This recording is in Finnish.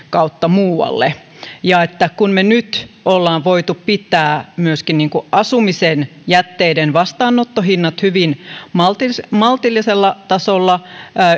kautta muualle nyt me olemme voineet pitää myöskin asumisen jätteiden vastaanottohinnat hyvin maltillisella maltillisella tasolla